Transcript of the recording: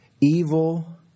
evil